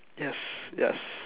yes yes